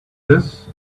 this